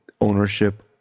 ownership